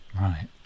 Right